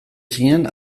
zinen